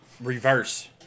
Reverse